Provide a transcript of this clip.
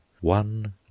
One